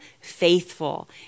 faithful